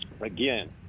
Again